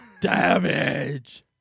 Damage